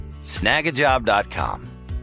snagajob.com